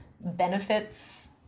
benefits